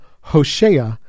Hoshea